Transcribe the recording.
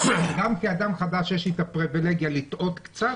כאדם חדש, יש לי את הפריבילגיה לטעות קצת